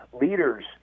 leaders